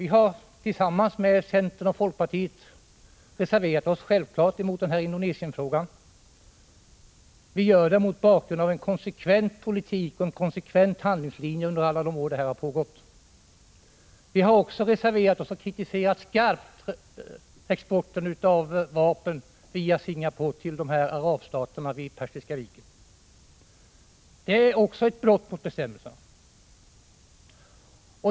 Vi har tillsammans med centern och folkpartiet självklart reserverat oss mot vapenexporten till Indonesien. Vi gör det mot bakgrund av en konsekvent förd politik och handlingslinje under alla år som denna export har pågått. Vi har också reserverat oss mot och skarpt kritiserat exporten av vapen via Singapore till Arabstaterna vid Persiska viken. Också den är ett brott mot bestämmelserna.